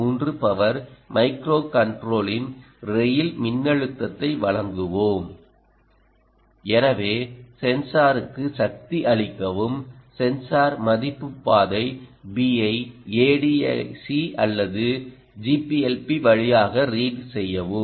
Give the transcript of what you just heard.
3 power micro கண்ட்ரோலின் rail மின்னழுத்தத்தை வழங்குவோம் எனவே சென்சாருக்கு சக்தி அளிக்கவும் சென்சார் மதிப்பு பாதை B ஐ ADC அல்லது GPLP வழியாக ரீட் செய்யவும்